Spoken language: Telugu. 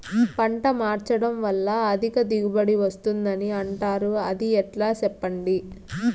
పంట మార్చడం వల్ల అధిక దిగుబడి వస్తుందని అంటారు అది ఎట్లా సెప్పండి